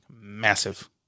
massive